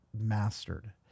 mastered